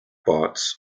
bots